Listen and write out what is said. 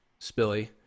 Spilly